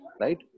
right